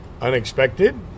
unexpected